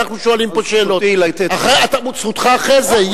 אנחנו שואלים פה שאלות, זכותי לתת, זכותך אחרי זה.